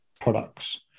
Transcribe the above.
products